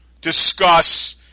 discuss